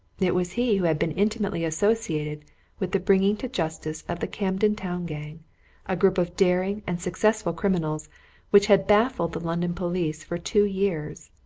it was he who had been intimately associated with the bringing to justice of the camden town gang a group of daring and successful criminals which had baffled the london police for two years.